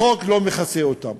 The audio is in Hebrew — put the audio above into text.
החוק לא מכסה אותם.